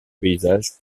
paysage